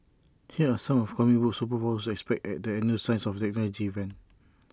here are some of comic book superpowers to expect at the annual science and technology event